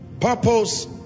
purpose